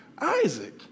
Isaac